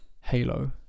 Halo